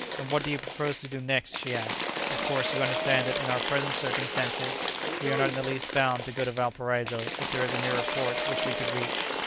and what do you propose to do next? she asked. of course you understand that in our present circumstances we are not in the least bound to go to valparaiso if there is a nearer port which we could reach.